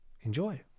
enjoy